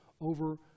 over